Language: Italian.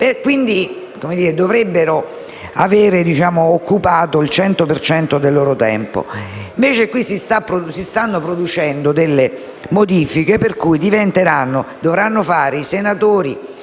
non dovrebbero forse già avere occupato il 100 per cento del loro tempo. Invece qui si stanno producendo delle modifiche per cui dovranno fare i senatori,